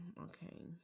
okay